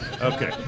Okay